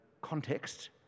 context